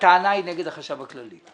הטענה היא נגד החשב הכללי,